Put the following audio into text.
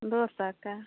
दो सौ का